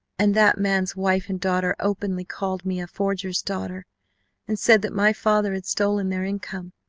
and that man's wife and daughter openly called me a forger's daughter and said that my father had stolen their income,